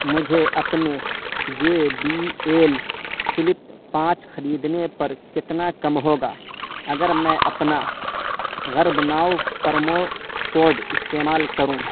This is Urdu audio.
مجھے اپنے جے بی ایل فلپ پانچ خریدنے پر کتنا کم ہوگا اگر میں اپنا غرب ناؤ پرمو کوڈ استعمال کروں